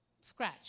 scratch